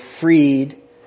freed